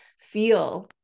feel